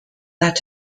that